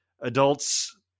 adults